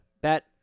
bet